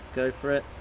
go for it!